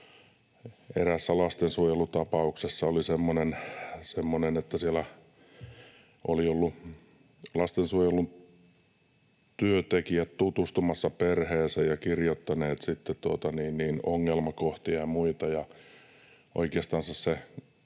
Eräässä lastensuojelutapauksessa oli semmoinen, että siellä olivat olleet lastensuojelutyöntekijät tutustumassa perheeseen ja kirjoittaneet ongelmakohtia ja muita,